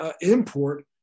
import